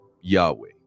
Yahweh